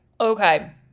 Okay